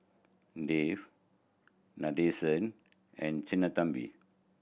Dev Nadesan and Sinnathamby